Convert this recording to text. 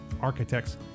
Architects